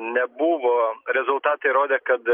nebuvo rezultatai rodė kad